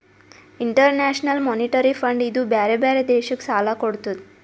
international monetary fund ಇದೂ ಬ್ಯಾರೆ ಬ್ಯಾರೆ ದೇಶಕ್ ಸಾಲಾ ಕೊಡ್ತುದ್